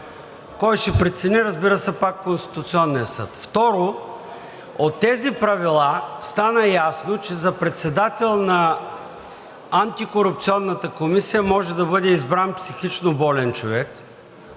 Кой ще прецени, разбира се, пак Конституционният съд. Второ, от тези правила стана ясно, че за председател на Антикорупционната комисия може да бъде избран психичноболен човек,